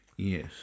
Yes